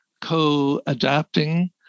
co-adapting